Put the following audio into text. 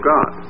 God